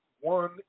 One